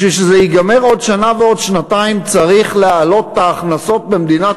בשביל שזה ייגמר עוד שנה ועוד שנתיים צריך להעלות את ההכנסות במדינת